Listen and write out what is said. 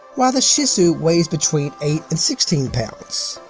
while a shih tzu weighs between eight and sixteen pounds.